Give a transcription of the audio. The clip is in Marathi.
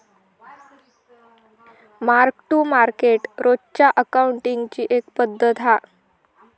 मार्क टू मार्केट रोजच्या अकाउंटींगची एक पद्धत हा